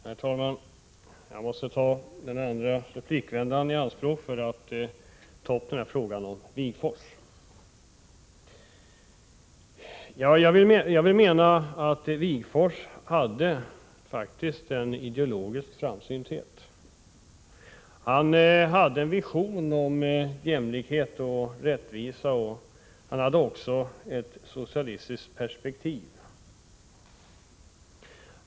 Herr talman! Jag måste ta denna andra replik i anspråk för att ta upp frågan om Wigforss. Jag menar att Ernst Wigforss faktiskt hade en ideologisk framsynthet. Han hade en vision om jämlikhet och rättvisa, och han hade också ett socialistiskt perspektiv.